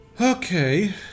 Okay